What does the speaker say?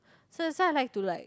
so that's why I like to like